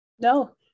no